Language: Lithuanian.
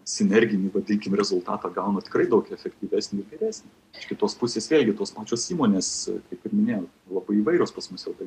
sinerginį vadinkim rezultatą gauna tikrai daug efektyvesnį ir geresnį iš kitos pusės vėlgi tos pačios įmonės kaip ir minėjau labai įvairios pas mus jau tai